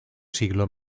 siglo